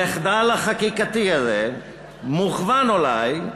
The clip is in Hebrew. המחדל החקיקתי הזה, המוכוון אולי,